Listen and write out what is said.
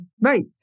Right